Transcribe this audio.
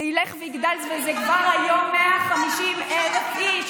זה ילך ויגדל, וזה כבר היום 150,000 איש.